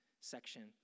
section